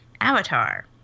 Avatar